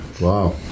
wow